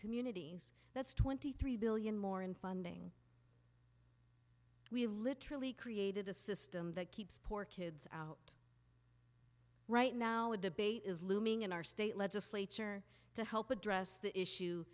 communities that's twenty three billion more in funding we literally created a system that keeps poor kids out right now a debate is looming in our state legislature to help address the issue